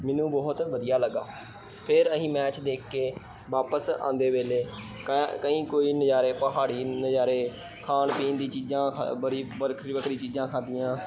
ਮੈਨੂੰ ਬਹੁਤ ਵਧੀਆ ਲੱਗਿਆ ਫਿਰ ਅਸੀਂ ਮੈਚ ਦੇਖ ਕੇ ਵਾਪਿਸ ਆਉਂਦੇ ਵੇਲੇ ਕੈ ਕਈ ਕੋਈ ਨਜ਼ਾਰੇ ਪਹਾੜੀ ਨਜ਼ਾਰੇ ਖਾਣ ਪੀਣ ਦੀ ਚੀਜ਼ਾਂ ਬੜੀ ਵੱਖਰੀ ਵੱਖਰੀ ਚੀਜ਼ਾਂ ਖਾਦੀਆਂ